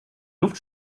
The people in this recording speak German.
luft